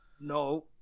No